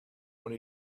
when